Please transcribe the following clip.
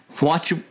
Watch